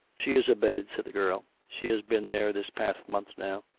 she is abed, said the girl. she has been there this past month now.